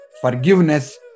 forgiveness